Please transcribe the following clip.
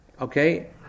Okay